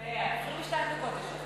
22 דקות יש לך.